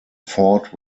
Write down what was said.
fought